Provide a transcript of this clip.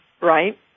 right